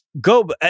go